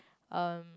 erm